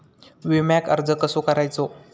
विम्याक अर्ज कसो करायचो?